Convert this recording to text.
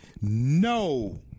no